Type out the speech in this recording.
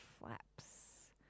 flaps